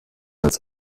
als